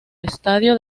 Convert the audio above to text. estadio